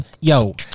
Yo